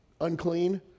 unclean